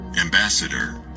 ambassador